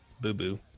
Boo-boo